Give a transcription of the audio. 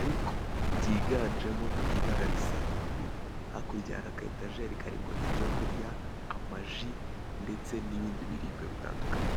ariko byiganjemo ibara risa ubururu hakurya hari aka etajeri karimwo ibyo kurya amaji ndetse n'ibindi biribwa bitandukanye